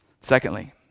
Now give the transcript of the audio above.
Secondly